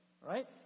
Right